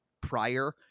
prior